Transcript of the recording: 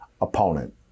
opponent